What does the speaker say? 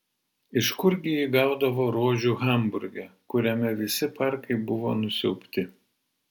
iš kurgi ji gaudavo rožių hamburge kuriame visi parkai buvo nusiaubti